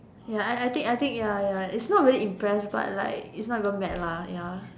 ya I think I think ya ya it's not really impressed but like it's not even mad lah ya